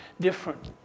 different